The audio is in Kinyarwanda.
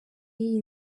iyi